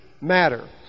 matter